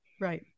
Right